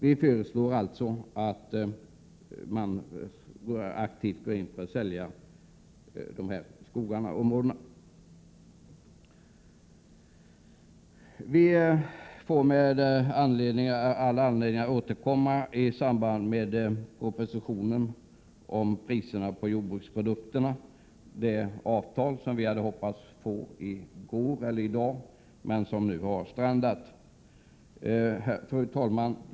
Vi föreslår alltså att man aktivt går in för en försäljning av dessa skogar. Vi får all anledning att återkomma till dessa frågor i samband med behandlingen av propositionen om priserna på jordbruksprodukter, vilken skall bygga på det avtal som vi hade hoppats skulle träffas under gårdagen eller denna dag. Nu har förhandlingarna strandat. Fru talman!